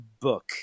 book